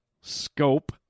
scope